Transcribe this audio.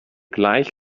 gleich